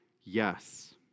Yes